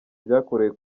ryakorewe